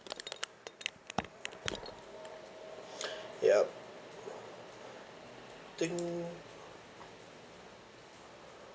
yup think